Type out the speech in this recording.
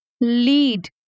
lead